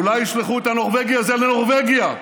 אולי ישלחו את הנורבגי הזה לנורבגיה,